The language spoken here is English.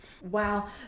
Wow